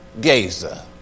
Gaza